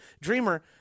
Dreamer